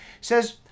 says